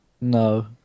No